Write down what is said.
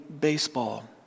baseball